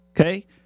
okay